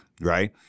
Right